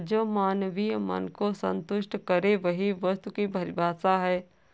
जो मानवीय मन को सन्तुष्ट करे वही वस्तु की परिभाषा है